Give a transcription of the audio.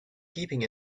keeping